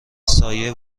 سایه